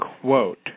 quote